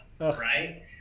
right